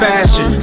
Fashion